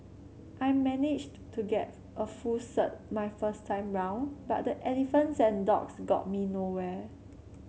I managed to get a full cert my first time round but the Elephants and Dogs got me nowhere